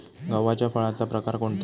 गव्हाच्या फळाचा प्रकार कोणता?